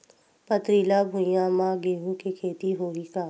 पथरिला भुइयां म गेहूं के खेती होही का?